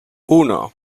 uno